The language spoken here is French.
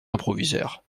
improvisèrent